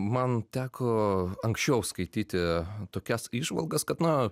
man teko anksčiau skaityti tokias įžvalgas kad na